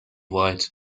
white